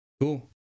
Cool